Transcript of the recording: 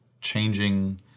changing